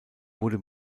wurde